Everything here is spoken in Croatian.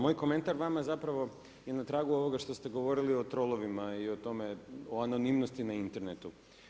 Moj komentar vama zapravo je na tragu ovoga što ste govorili o trolovima i o tome o anonimnosti na internetu.